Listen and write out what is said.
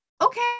okay